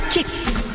Kicks